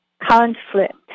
conflict